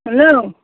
hello